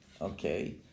Okay